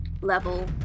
level